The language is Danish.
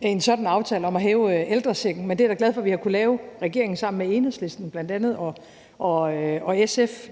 en sådan aftale om at hæve ældrechecken, men det er jeg da glad for at vi, regeringen sammen med bl.a. Enhedslisten og SF,